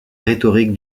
rhétorique